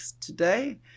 today